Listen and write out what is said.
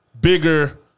bigger